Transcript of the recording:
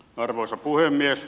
arvoisa puhemies